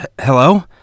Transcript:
Hello